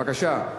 בבקשה.